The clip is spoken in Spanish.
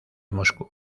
moscú